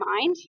mind